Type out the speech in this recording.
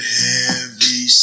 heavy